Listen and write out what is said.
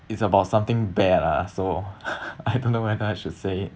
it's about something bad ah so I don't know whether I should say it